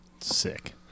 sick